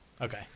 Okay